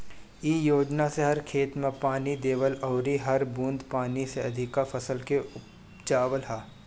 इ योजना से हर खेत में पानी देवल अउरी हर बूंद पानी से अधिका फसल के उपजावल ह